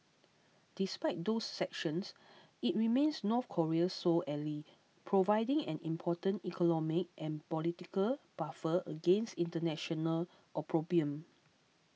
despite those sanctions it remains North Korea's sole ally providing an important economic and political buffer against international opprobrium